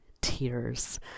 Tears